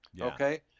okay